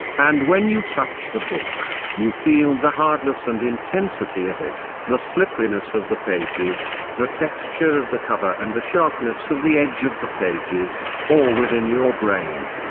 and when you touch the book, you feel the hardness and intensity of it, the slipperiness of the pages, the texture of the cover and the sharpness of the edge of the pages, all within your brain.